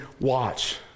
watch